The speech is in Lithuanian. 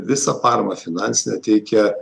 visą parmą finansinę teikia